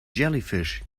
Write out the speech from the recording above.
jellyfish